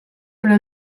però